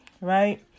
Right